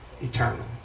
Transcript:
eternal